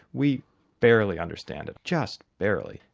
we barely understand it, just barely,